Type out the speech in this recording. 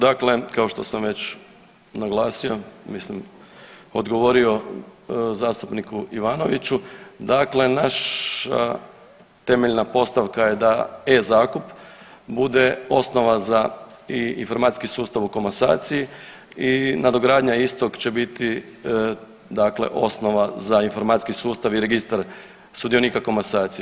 Dakle kao što sam već naglasio, mislim odgovorio zastupniku Ivanoviću, dakle naša temeljna postavka je da e-zakup bude osnova za i informacijski sustav u komasaciji i nadogradnja istog će biti dakle osnova za informacijski sustav i registar sudionika komasacije.